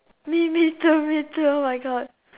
me me too me too oh my god